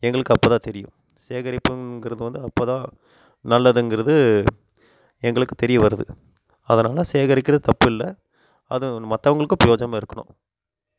எங்களுக்கு அப்போதான் தெரியும் சேகரிப்புங்கிறது வந்து அப்போதான் நல்லதுங்கிறது எங்களுக்கு தெரிய வருது அதை நாங்கள் சேகரிக்கின்றது தப்பு இல்லை அதுவும் மற்றவங்களுக்கும் பிரியோஜனமாக இருக்கணும்